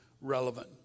relevant